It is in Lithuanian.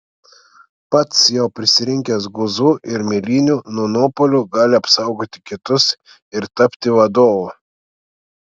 pats jau prisirinkęs guzų ir mėlynių nuo nuopuolių gali apsaugoti kitus ir tapti vadovu